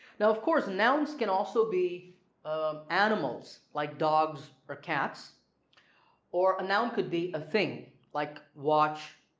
now of course nouns can also be um animals like dogs or cats or a noun could be a thing like watch,